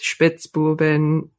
Spitzbuben